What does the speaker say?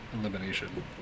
elimination